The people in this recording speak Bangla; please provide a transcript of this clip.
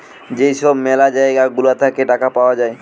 যেই সব ম্যালা জায়গা গুলা থাকে টাকা পাওয়া যায়